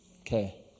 Okay